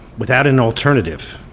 without an alternative.